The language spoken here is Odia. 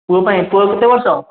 ପୁଅ ପାଇଁ ପୁଅକୁ କେତେ ବର୍ଷ